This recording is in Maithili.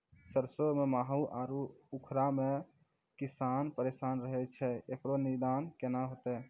सरसों मे माहू आरु उखरा से किसान परेशान रहैय छैय, इकरो निदान केना होते?